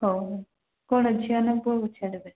ହଉ କ'ଣ ଝିଅ ନା ପୁଅକୁ ଛାଡ଼ିବେ